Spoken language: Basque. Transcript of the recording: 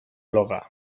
bloga